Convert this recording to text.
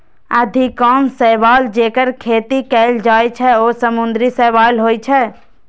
अधिकांश शैवाल, जेकर खेती कैल जाइ छै, ओ समुद्री शैवाल होइ छै